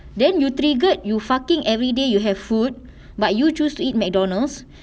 then you triggered you fucking everyday you have food but you choose to eat mcdonald's